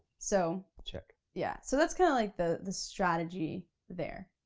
so check. yeah so that's kinda like the the strategy there.